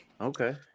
Okay